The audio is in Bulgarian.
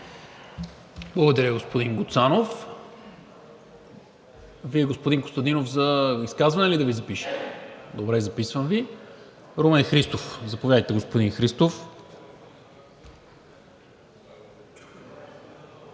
Благодаря, господин Гуцанов. Господин Костадинов, за изказване ли да Ви запиша? Добре, записвам Ви. Румен Христов. Заповядайте, господин Христов.